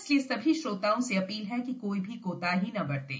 इसलिए सभी श्रोताओं से अपील है कि कोई भी कोताही न बरतें